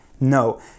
No